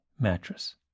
Mattress